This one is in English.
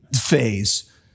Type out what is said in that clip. phase